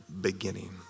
beginning